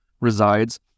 resides